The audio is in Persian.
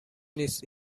نیست